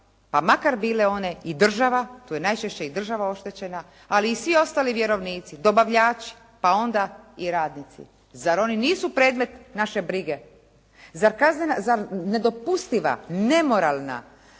pa makar bile one i država, tu je i najčišće država oštećena, ali i svi ostali vjerovnici, dobavljači, pa onda i radnici. Zar oni nisu predmet naše brige? Zar ne dopustiva nemoralna